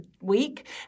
week